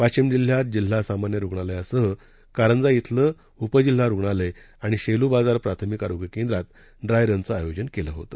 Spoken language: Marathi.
वाशिम जिल्ह्यात जिल्हा सामान्य रुग्णालयासह कारंजा श्रेलं उपजिल्हा रुग्णालय आणि शेलुबाजार प्राथमिक आरोग्य केंद्रात ड्राय रनचं आयोजन केलं होतं